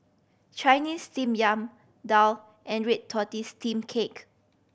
Chinese Steamed Yam daal and red tortoise steamed cake